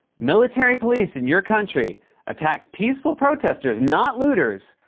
military police in your country attacked peaceful protesters, not looters,